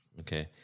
Okay